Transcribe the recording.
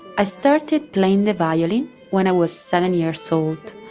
i started playing the violin when i was seven years old.